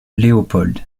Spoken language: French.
léopold